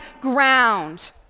ground